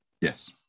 Yes